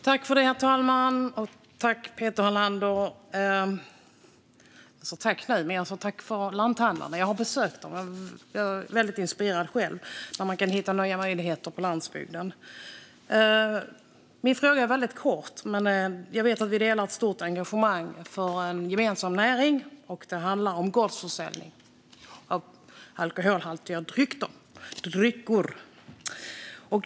Herr talman! Jag har besökt lanthandlarna, Peter Helander, och är själv väldigt inspirerad av hur man kan hitta nya möjligheter på landsbygden. Min fråga är väldigt kort. Jag vet att vi delar ett stort engagemang för en gemensam näring. Det handlar om gårdsförsäljning av alkoholhaltiga drycker.